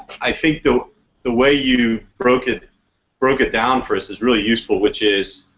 i think the the way you broke it broke it down for us is really useful which is,